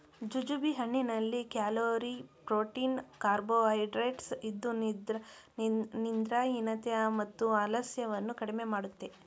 jujube ಹಣ್ಣಿನಲ್ಲಿ calorie, protein carbohydrates ಇದ್ದು ನಿದ್ರಾಹೀನತೆ ಮತ್ತು ಆಲಸ್ಯವನ್ನು ಕಡಿಮೆ ಮಾಡುತ್ತೆ